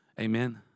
Amen